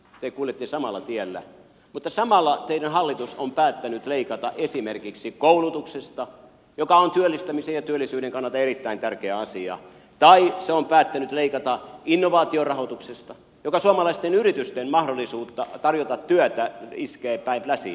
te kuljette samalla tiellä mutta samalla teidän hallituksenne on päättänyt leikata esimerkiksi koulutuksesta mikä on työllistämisen ja työllisyyden kannalta erittäin tärkeä asia tai se on päättänyt leikata innovaatiorahoituksesta mi kä suomalaisten yritysten mahdollisuutta tarjota työtä iskee päin pläsiä